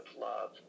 love